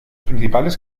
principales